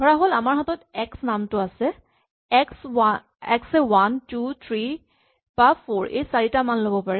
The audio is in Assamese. ধৰাহ'ল আমাৰ হাতত এক্স নামটো আছে এক্স এ ৱান টু থ্ৰী বা ফ'ৰ এই চাৰিটা মান ল'ব পাৰে